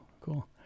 cool